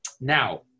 Now